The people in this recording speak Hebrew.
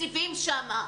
תקציבים שם.